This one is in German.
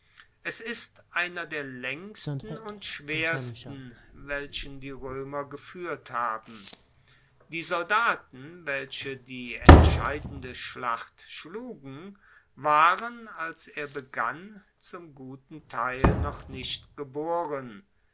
es ist einer der laengsten und schwersten welchen die roemer gefuehrt haben die soldaten welche die entscheidende schlacht schlugen waren als er begann zum guten teil noch nicht geboren